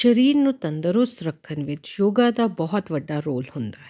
ਸਰੀਰ ਨੂੰ ਤੰਦਰੁਸਤ ਰੱਖਣ ਵਿੱਚ ਯੋਗਾ ਦਾ ਬਹੁਤ ਵੱਡਾ ਰੋਲ ਹੁੰਦਾ ਹੈ